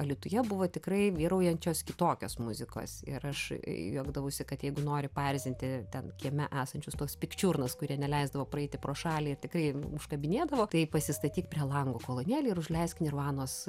alytuje buvo tikrai vyraujančios kitokios muzikos ir aš juokdavausi kad jeigu nori paerzinti ten kieme esančius tuos pikčiurnas kurie neleisdavo praeiti pro šalį ir tikrai užkabinėdavo tai pasistatyk prie lango kolonėlę ir užleisk nirvanos